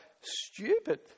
stupid